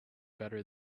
better